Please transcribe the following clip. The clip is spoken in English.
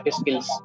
skills